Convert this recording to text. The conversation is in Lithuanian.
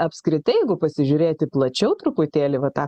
apskritai jeigu pasižiūrėti plačiau truputėlį va tą